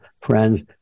friends